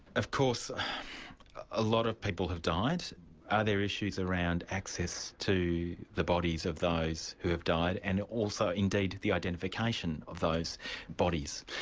of course a lot of people have died are there issues around access to the bodies of those who have died, and also indeed the identification of those bodies?